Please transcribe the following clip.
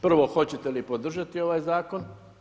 Prvo, hoćete li podržati ovaj zakon?